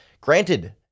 granted